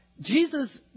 Jesus